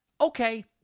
Okay